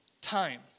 time